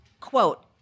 Quote